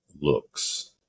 looks